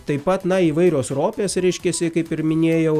taip pat na įvairios ropės reiškiasi kaip ir minėjau